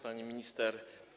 Pani Minister!